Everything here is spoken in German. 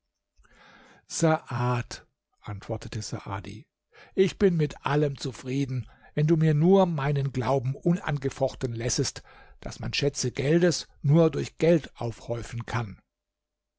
saad antwortete saadi ich bin mit allem zufrieden wenn du mir nur meinen glauben unangefochten lässest daß man schätze geldes nur durch geld aufhäufen kann